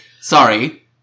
Sorry